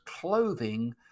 clothing